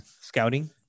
scouting